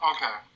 Okay